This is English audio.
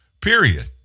period